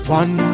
one